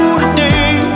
today